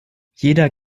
jeder